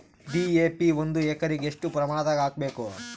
DAP ಒಂದು ಎಕರಿಗ ಎಷ್ಟ ಪ್ರಮಾಣದಾಗ ಹಾಕಬೇಕು?